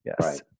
Yes